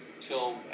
till